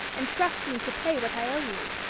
and trust me to pay what i owe owe you.